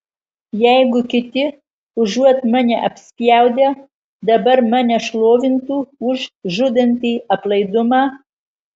jeigu kiti užuot mane apspjaudę dabar mane šlovintų už žudantį aplaidumą